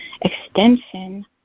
extension